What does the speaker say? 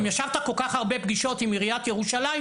אם ישבת כל כך הרבה פגישות עם עיריית ירושלים,